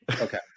Okay